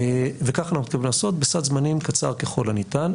וכך אנחנו הולכים לעשות, בסד זמנים קצר ככל הניתן.